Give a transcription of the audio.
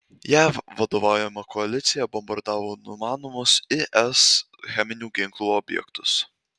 jav vadovaujama koalicija bombardavo numanomus is cheminių ginklų objektus